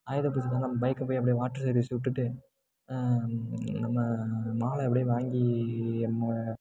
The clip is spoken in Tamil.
ஆயுத பூஜைக்கு நம்ம பைக்கை போய் அப்படே வாட்டர் சர்வீஸ் விட்டுட்டு நம்ம மாலையை அப்படியே வாங்கி நம்ம